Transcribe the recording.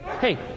Hey